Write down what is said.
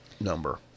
number